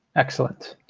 excellent.